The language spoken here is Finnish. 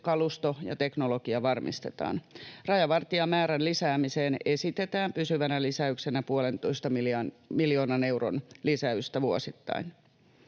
kalusto ja teknologia varmistetaan. Rajavartijamäärän lisäämiseen esitetään pysyvänä lisäyksenä 1,5 miljoonan euron lisäystä vuosittain.